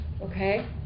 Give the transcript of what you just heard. okay